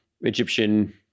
egyptian